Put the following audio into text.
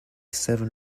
seven